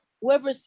whoever